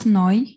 noi